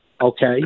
Okay